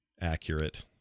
accurate